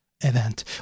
event